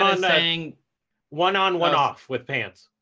ah saying one on, one off with pants.